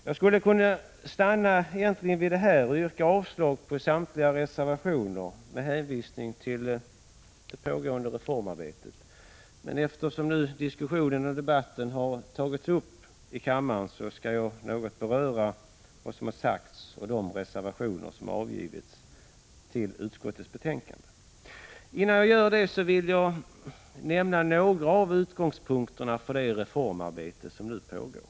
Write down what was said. Jag skulle egentligen kunna stanna vid att yrka avslag på samtliga reservationer med hänvisning till det pågående reformarbetet, men eftersom diskussionen har tagits upp här i kammaren, skall jag något beröra vad som har sagts här och i de reservationer som har avgivits med anledning av utskottets betänkande. Innan jag gör det vill jag emellertid nämna några av utgångspunkterna för det reformarbete som nu pågår.